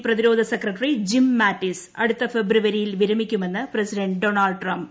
American പ്രതിരോധ secretary Jim Mattis അടുത്ത ഫെബ്രുവരിയിൽ വിരമിക്കുമെന്ന് പ്രസിഡന്റ് ഡോണൾഡ് ടംപ്